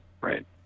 right